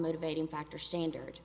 motivating factor standard